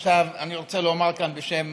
עכשיו, אני רוצה לומר כאן בשם